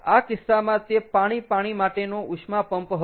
આ કિસ્સામાં તે પાણી પાણી માટેનો ઉષ્મા પંપ હતો